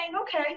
okay